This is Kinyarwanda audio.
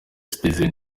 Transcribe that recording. citizen